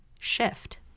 shift